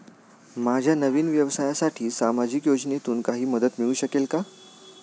माझ्या नवीन व्यवसायासाठी सामाजिक योजनेतून काही मदत मिळू शकेल का?